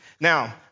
Now